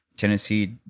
Tennessee